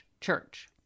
church